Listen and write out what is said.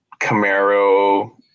Camaro